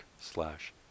slash